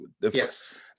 Yes